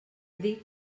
dic